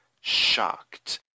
shocked